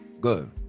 Good